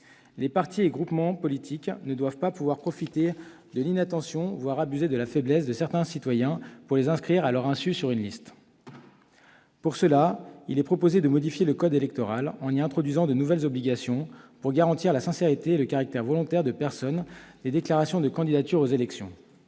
Les partis et groupements politiques ne doivent pas pouvoir profiter de l'inattention, voire abuser de la faiblesse de certains citoyens pour les inscrire, à leur insu, sur une liste. Pour cela, il est proposé de modifier le code électoral, en y introduisant de nouvelles obligations pour garantir la sincérité et le caractère volontaire et personnel des déclarations de candidature aux élections.